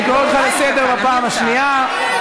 אני קורא אותך לסדר פעם שנייה.